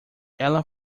ela